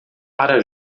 para